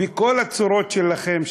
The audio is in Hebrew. בכל הצורות שלכם,